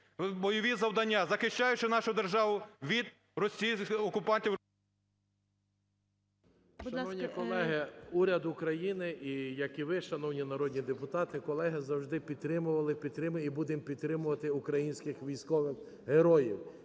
бойові завдання, захищаючи нашу державу від окупантів…